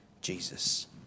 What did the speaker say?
Jesus